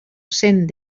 cent